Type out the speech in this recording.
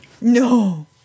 No